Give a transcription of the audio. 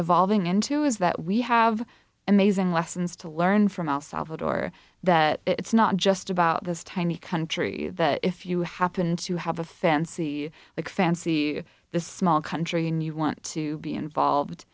evolving into is that we have amazing lessons to learn from el salvador that it's not just about this tiny country that if you happen to have a fancy like fancy the small country and you want to be involved